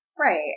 Right